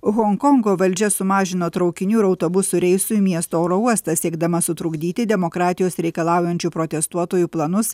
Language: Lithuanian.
honkongo valdžia sumažino traukinių ir autobusų reisų į miesto oro uostą siekdama sutrukdyti demokratijos reikalaujančių protestuotojų planus